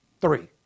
three